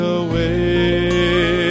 away